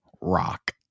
rock